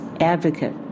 advocate